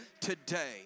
today